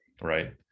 right